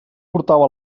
portava